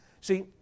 See